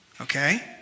okay